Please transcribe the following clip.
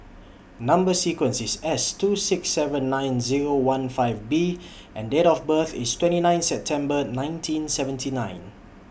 Number sequence IS S two six seven nine Zero one five B and Date of birth IS twenty nine September nineteen seventy nine